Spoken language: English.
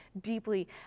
deeply